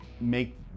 make